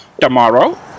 tomorrow